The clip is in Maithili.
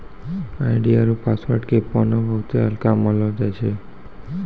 आई.डी आरु पासवर्ड के पाना बहुते हल्का मानलौ जाय छै